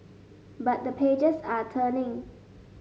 but the pages are turning